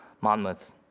Monmouth